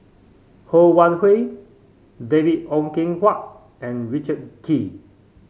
Ho Wan Hui David Ong Kim Huat and Richard Kee